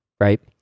right